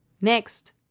next